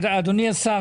אדוני השר,